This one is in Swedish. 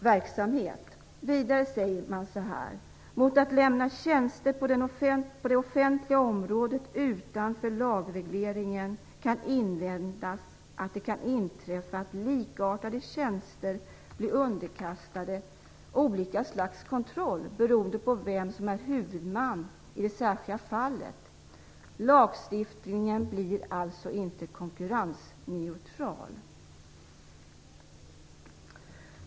Vidare säger man: "Mot att lämna tjänster på det offentliga området utanför lagregleringen kan invändas att det kan inträffa att likartade tjänster blir underkastade olika slags kontroll beroende på vem som är huvudman i det särskilda fallet. Lagstiftningen blir alltså inte konkurrensneutral."